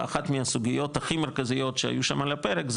ואחת מהסוגיות הכי מרכזיות שהיו שם על הפרק,